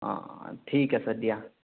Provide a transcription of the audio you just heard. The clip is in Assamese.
অ' অ' ঠিক আছে দিয়া